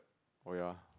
oh ya